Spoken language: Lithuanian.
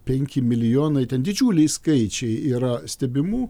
penki milijonai ten didžiuliai skaičiai yra stebimų